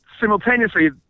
simultaneously